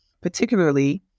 particularly